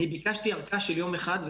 אני ביקשתי ארכה של יום אחד.